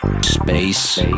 Space